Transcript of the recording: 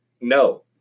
No